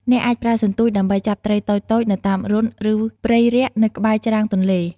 អ្នកអាចប្រើសន្ទូចដើម្បីចាប់ត្រីតូចៗនៅតាមរន្ធ ឬព្រៃរាក់នៅក្បែរច្រាំងទន្លេ។